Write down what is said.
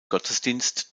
gottesdienst